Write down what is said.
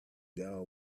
macdougall